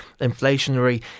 inflationary